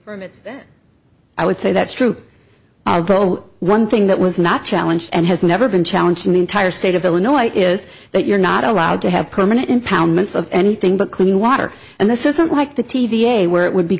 permits i would say that's true one thing that was not challenge and has never been challenging the entire state of illinois is that you're not allowed to have permanent impoundments of anything but clean water and this isn't like the t v a where it would be